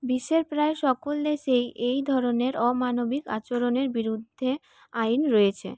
বিশ্বের প্রায় সকল দেশেই এই ধরনের অমানবিক আচরণের বিরুদ্ধে আইন রয়েছে